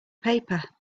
paper